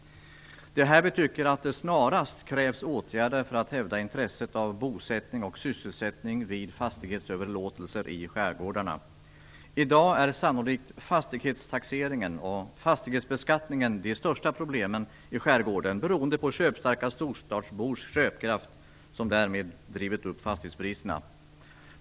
Det är här vi tycker att det snarast krävs åtgärder för att hävda intresset av bosättning och sysselsättning vid fastighetsöverlåtelser i skärgårdarna. I dag är sannolikt fastighetstaxeringen och fastighetsbeskattningen de största problemen i skärgården beroende på köpstarka storstadsbors köpkraft som drivit upp fastighetspriserna.